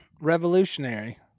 revolutionary